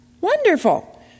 Wonderful